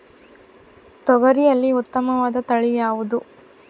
ತೊಗರಿಯಲ್ಲಿ ಉತ್ತಮವಾದ ತಳಿ ಯಾವುದು?